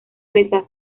presa